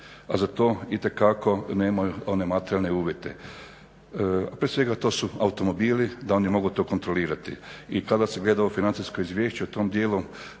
a za to itekako nema one materijalne uvjete. Prije svega to su automobili da oni mogu to kontrolirati. I kada se gleda ovo financijsko izvješće u tom dijelu